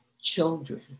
children